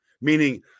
meaning